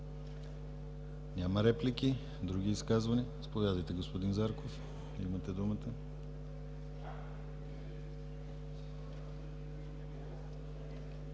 Няма реплики. Други изказвания? Заповядайте, господин Зарков, имате думата.